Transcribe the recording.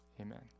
amen